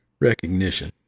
recognition